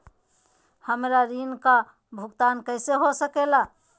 हमरा ऋण का भुगतान कैसे हो सके ला?